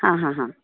हां हां हां